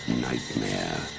nightmare